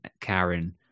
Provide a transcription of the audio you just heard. Karen